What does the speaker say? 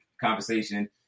conversation